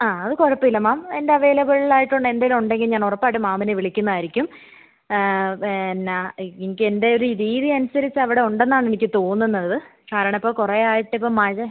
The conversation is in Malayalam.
ആ അത് കുഴപ്പം ഇല്ല മാം എന്താണ് അവൈലബിൾ ആയിട്ട് എന്തെങ്കിലും ഉണ്ടെങ്കിൽ ഞാൻ ഉറപ്പായിട്ടും മാമിനെ വിളിക്കുന്നതായിരിക്കും പിന്നെ ഈ ക്ക് എൻ്റെ ഒരു രീതി അനുസരിച്ച് അവിടെ ഉണ്ടെന്നാണ് എനിക്ക് തോന്നുന്നത് കാരണം ഇപ്പോൾ കുറേയായിട്ട് ഇപ്പോൾ മഴ